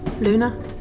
Luna